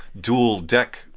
dual-deck